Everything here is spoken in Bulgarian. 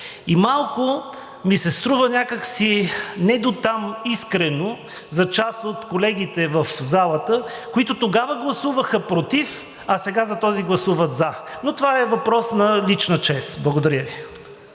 И малко ми се струва някак си недотам искрено за част от колегите в залата, които тогава гласуваха против, а сега за този гласуват за. Но това е въпрос на лична чест. Благодаря Ви.